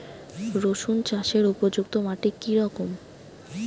রুসুন চাষের উপযুক্ত মাটি কি রকম?